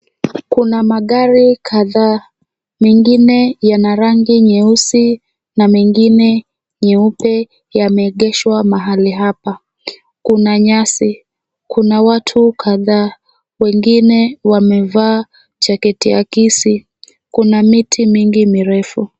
Kuna magari kadhaa, mengine yana rangi nyeusi na mengine nyeupe yameegeshwa mahali hapa. Kuna nyasi, kuna watu kadhaa, wengine wamevaa jaketi akisi. Kuna miti mingi mirefu.